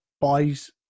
buys